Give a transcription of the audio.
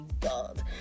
god